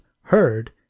heard